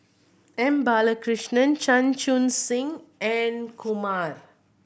M Balakrishnan Chan Chun Sing and Kumar